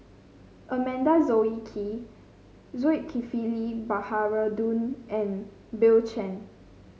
Amanda Zulkifli Baharudin and Bill Chen